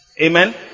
Amen